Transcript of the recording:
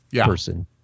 person